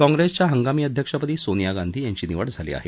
काँप्रेसच्या हंगामी अध्यक्षपदी सोनिया गांधी यांची निवड झाली आहे